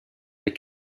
des